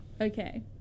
Okay